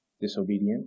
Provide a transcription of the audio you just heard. disobedient